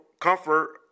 comfort